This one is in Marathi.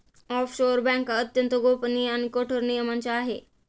ऑफशोअर बँका अत्यंत गोपनीय आणि कठोर नियमांच्या आहे